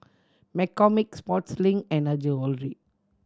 McCormick Sportslink and Her Jewellery